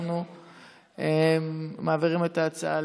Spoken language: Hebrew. אנחנו מעבירים את ההצעה,